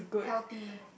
healthy